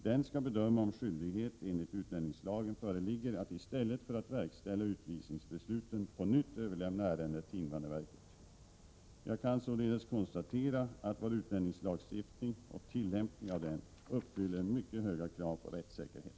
Den skall bedöma om skyldighet enligt utlänningslagen föreligger att i stället för att verkställa utvisningsbesluten på nytt överlämna ärendet till invandrarverket. Jag kan således konstatera att vår utlänningslagstiftning och tillämpningen av den uppfyller mycket höga krav på rättssäkerhet.